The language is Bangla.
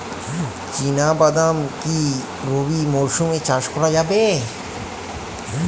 চিনা বাদাম কি রবি মরশুমে চাষ করা যায়?